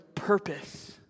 Purpose